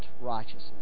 righteousness